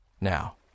Now